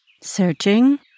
Searching